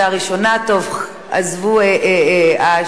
עברה בקריאה הראשונה ותחזור לדיון בוועדת